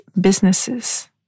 businesses